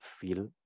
feel